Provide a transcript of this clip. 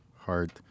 hard